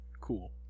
Cool